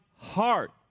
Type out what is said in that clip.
heart